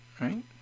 right